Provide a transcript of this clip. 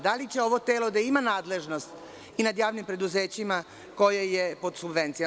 Da li će ovo telo da ima nadležnost i nad javnim preduzećima koje je pod subvencijama?